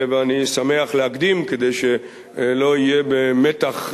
ואני שמח להקדים, כדי שלא יהיה במתח מיותר,